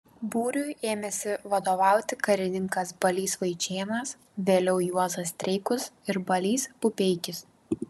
būriui ėmėsi vadovauti karininkas balys vaičėnas vėliau juozas streikus ir balys pupeikis